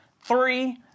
three